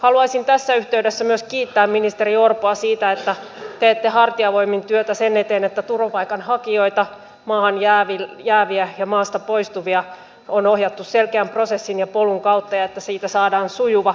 haluaisin tässä yhteydessä myös kiittää ministeri orpoa siitä että teette hartiavoimin työtä sen eteen että turvapaikanhakijoita maahan jääviä ja maasta poistuvia on ohjattu selkeän prosessin ja polun kautta ja että siitä saadaan sujuva